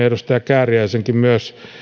edustaja kääriäisen esille tuomiin ajatuksiin